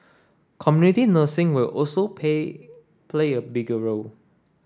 community nursing will also pay play a bigger role